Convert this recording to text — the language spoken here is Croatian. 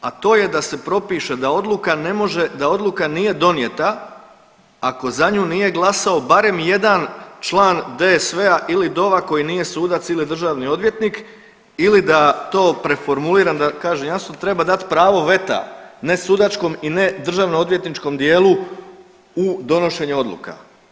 A to je da se propiše da odluka ne može, da odluka nije donijeta ako za nju nije glasao barem jedan član DVS-a ili DOV-a koji nije sudac ili državni odvjetnik ili da to preformuliram da kažem jasno treba dati pravo veta ne sudačkom i ne državnoodvjetničkom dijelu u donošenju odluka.